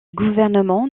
gouvernement